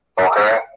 Okay